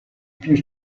più